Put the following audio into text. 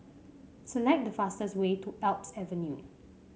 select the fastest way to Alps Avenue